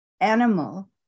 animal